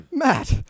Matt